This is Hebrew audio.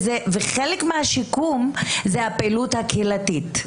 וחלק מהשיקום זה הפעילות הקהילתית.